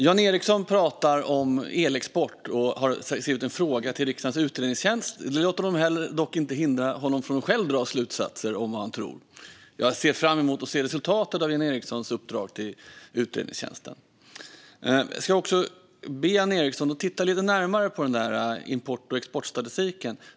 Jan Ericson pratar om elexport och har skrivit en fråga till riksdagens utredningstjänst. Det hindrar honom dock inte från att själv dra slutsatser om vad han tror. Jag ser fram emot att se resultatet av Jan Ericsons uppdrag till utredningstjänsten. Jag ska också be Jan Ericson titta lite närmare på import och exportstatistiken.